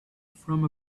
from